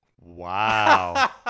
Wow